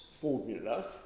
formula